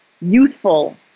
youthful